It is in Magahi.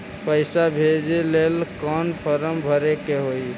पैसा भेजे लेल कौन फार्म भरे के होई?